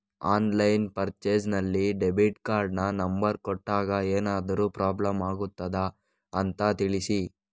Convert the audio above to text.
Online purchase ನಲ್ಲಿ debit ಕಾರ್ಡಿನ number ಕೊಟ್ಟಾಗ ಏನಾದರೂ ಪ್ರಾಬ್ಲಮ್ ಆಗುತ್ತದ ಅಂತ ತಿಳಿಸಿ?